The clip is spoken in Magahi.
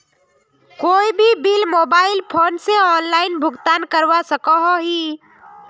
कोई भी बिल मोबाईल फोन से ऑनलाइन भुगतान करवा सकोहो ही?